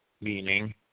meaning